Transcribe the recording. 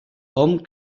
hom